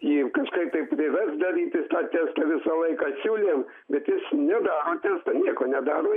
jeigu kažkaip tai privers darytis tą testą visą laiką siūlėm bet jis nedaro testo nieko nedaro